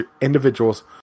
individuals